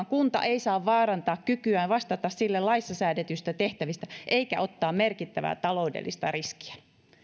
kunta ei saa vaarantaa kykyään vastata sille laissa säädetyistä tehtävistä eikä ottaa merkittävää taloudellista riskiä